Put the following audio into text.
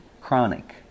Chronic